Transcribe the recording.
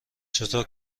چطور